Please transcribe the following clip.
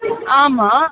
ஆமாம்